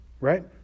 right